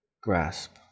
grasp